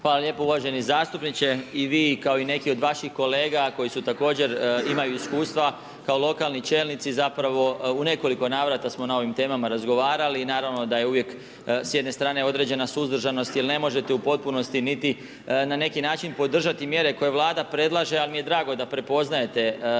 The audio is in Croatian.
Hvala lijepo uvaženi zastupniče. I vi kao i neki od vaših kolega koji su također, imaju iskustva kao lokalni čelnici zapravo, u nekoliko navrata smo na ovim temama razgovarali, i naravno da je uvijek s jedne strane određena suzdržanost jer ne možete u potpunosti niti na neki način podržati mjere koje Vlada predlaže, al' mi je drago da prepoznajete